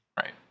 right